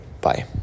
Bye